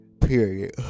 Period